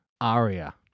aria